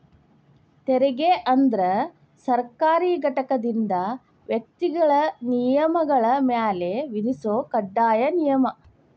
ತೆರಿಗೆ ಅಂದ್ರ ಸರ್ಕಾರಿ ಘಟಕದಿಂದ ವ್ಯಕ್ತಿಗಳ ನಿಗಮಗಳ ಮ್ಯಾಲೆ ವಿಧಿಸೊ ಕಡ್ಡಾಯ ನಿಯಮ